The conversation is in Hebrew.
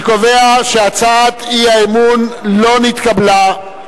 אני קובע שהצעת האי-אמון לא נתקבלה.